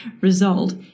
result